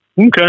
Okay